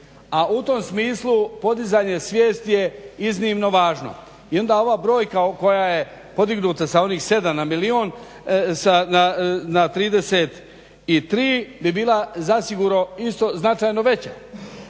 a u tom smislu podizanje svijesti je iznimno važna i onda ova brojka koja je podignuta sa onih 7 na milijun na 33 bi bila zasigurno isto značajno veća